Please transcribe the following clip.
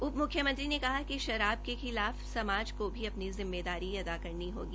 उप मुख्यमंत्री ने कहा कि शराब के खिलाफ समाज को भी अपनी जिम्मेदारी अदा करनी होगी